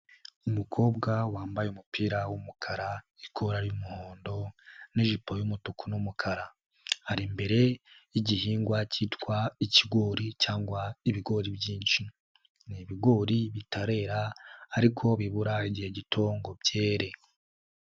Umukobwa wambaye umupira w'umukara, ikora ry'umuhondo n'ijipo y'umutuku n'umukara. Ari imbere y'igihingwa kitwa ikigori cyangwa ibigori byinshi. Ni ibigori bitarera ariko bibura igihe gito ngo byere.